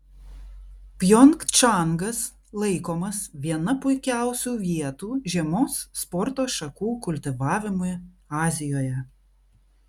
pjongčangas laikomas viena puikiausių vietų žiemos sporto šakų kultivavimui azijoje